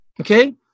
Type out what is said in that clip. Okay